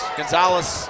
Gonzalez